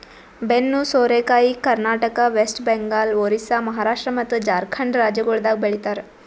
ಬೆನ್ನು ಸೋರೆಕಾಯಿ ಕರ್ನಾಟಕ, ವೆಸ್ಟ್ ಬೆಂಗಾಲ್, ಒರಿಸ್ಸಾ, ಮಹಾರಾಷ್ಟ್ರ ಮತ್ತ್ ಜಾರ್ಖಂಡ್ ರಾಜ್ಯಗೊಳ್ದಾಗ್ ಬೆ ಳಿತಾರ್